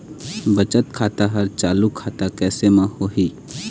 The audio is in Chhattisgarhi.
बचत खाता हर चालू खाता कैसे म होही?